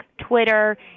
Twitter